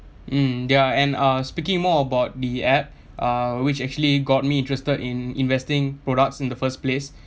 mm ya and uh speaking more about the app uh which actually got me interested in investing products in the first place